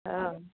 हा